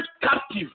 captive